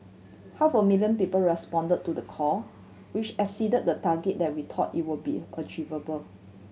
half a million people responded to the call which exceeded the target that we thought it would be achievable